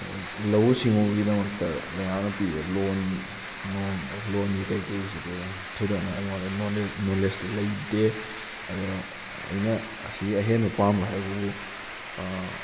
ꯂꯧꯎ ꯁꯤꯡꯉꯨꯕꯒꯤꯗꯃꯛꯇ ꯂꯩꯉꯥꯛꯅ ꯄꯤꯕ ꯂꯣꯟ ꯅꯣꯡ ꯂꯣꯟꯒꯤ ꯀꯩꯀꯩꯁꯤꯗꯤ ꯊꯣꯏꯗꯣꯛꯅ ꯑꯩꯉꯣꯟꯗ ꯅꯣꯂꯦꯖꯇꯤ ꯂꯩꯇꯦ ꯑꯗꯣ ꯑꯩꯅ ꯑꯁꯤꯒꯩ ꯑꯍꯦꯟꯕ ꯄꯥꯝꯕ ꯍꯥꯏꯕꯕꯨ